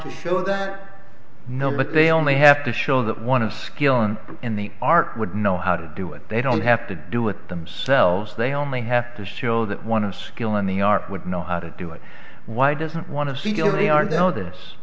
to show that no but they only have to show that one of skill and in the art would know how to do it they don't have to do it themselves they only have to show that one a skill in the art would know how to do it why doesn't want to feel they are now this